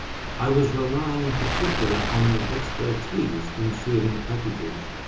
i was relying in particular on their expertise in sealing packages,